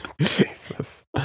Jesus